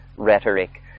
Rhetoric